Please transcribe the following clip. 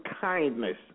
kindness